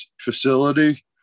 facility